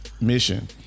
mission